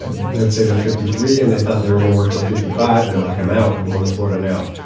let's say they're fifty three. and they thought they were going to work till fifty five. they're like, i'm out. i'm going to florida now.